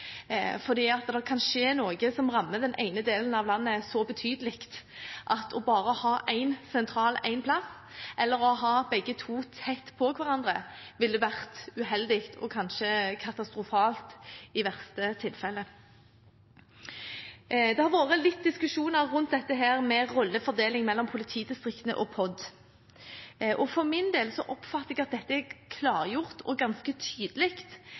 det kan skje noe som rammer den ene delen av landet så betydelig at å ha bare én sentral én plass, eller å ha begge to tett ved hverandre, ville ha vært uheldig og kanskje katastrofalt i verste fall. Det har vært litt diskusjon rundt dette med rollefordeling mellom politidistriktene og POD. For min del oppfatter jeg at dette er klargjort og ganske tydelig,